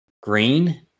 green